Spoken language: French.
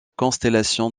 constellation